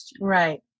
right